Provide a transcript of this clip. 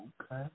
Okay